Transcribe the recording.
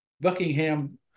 Buckingham